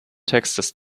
textes